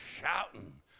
shouting